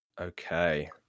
Okay